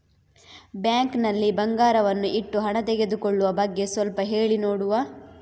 Bank ನಲ್ಲಿ ಬಂಗಾರವನ್ನು ಇಟ್ಟು ಹಣ ತೆಗೆದುಕೊಳ್ಳುವ ಬಗ್ಗೆ ಸ್ವಲ್ಪ ಹೇಳಿ ನೋಡುವ?